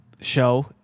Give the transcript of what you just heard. show